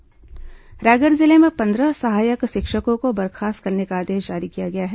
शिक्षक बर्खास्त रायगढ़ जिले में पंद्रह सहायक शिक्षकों को बर्खास्त करने का आदेश जारी किया गया है